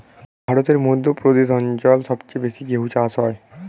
ভারতের মধ্য প্রদেশ অঞ্চল সবচেয়ে বেশি গেহু চাষ হয়